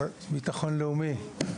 בטחון לאומי.